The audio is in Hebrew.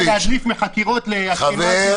--- להדליף מחקירות לאשכנזי ומנדלבליט